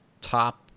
top